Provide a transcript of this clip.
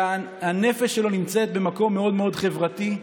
שהנפש שלו נמצאת במקום מאוד מאוד חברתי,